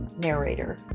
narrator